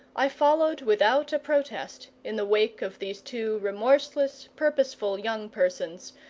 i followed without a protest in the wake of these two remorseless, purposeful young persons,